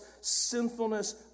sinfulness